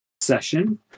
session